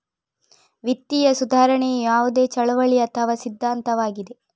ವಿತ್ತೀಯ ಸುಧಾರಣೆಯು ಯಾವುದೇ ಚಳುವಳಿ ಅಥವಾ ಸಿದ್ಧಾಂತವಾಗಿದೆ